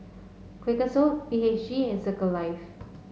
Quakers Oat B H G and Circle Life